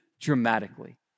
dramatically